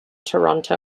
toronto